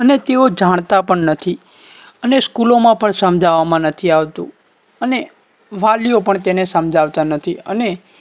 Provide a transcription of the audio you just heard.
અને તેઓ જાણતા પણ નથી અને સ્કૂલોમાં પણ સમજાવામાં નથી આવતું અને વાલીઓ પણ તેને સમજાવતા નથી અને